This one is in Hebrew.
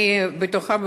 אני בטוחה,